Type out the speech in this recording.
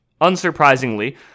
Unsurprisingly